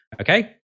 Okay